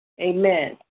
Amen